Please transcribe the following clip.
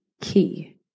key